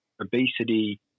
obesity